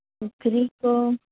ᱯᱩᱠᱷᱨᱤ ᱠᱚ